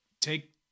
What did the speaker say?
take